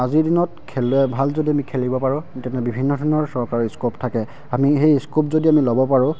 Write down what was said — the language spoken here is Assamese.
আজিৰ দিনত খেলুৱে ভাল যদি আমি খেলিব পাৰোঁ তেতিয়া আমি বিভিন্ন ধৰণৰ চৰকাৰৰ স্কোপ থাকে আমি সেই স্ক'প যদি আমি ল'ব পাৰোঁ